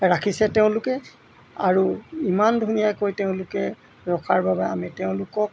ৰাখিছে তেওঁলোকে আৰু ইমান ধুনীয়াকৈ তেওঁলোকে ৰখাৰ বাবে আমি তেওঁলোকক